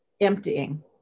emptying